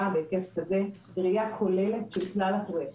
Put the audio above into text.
בהיקף כזה היא ראייה כוללת של כלל הפרויקט,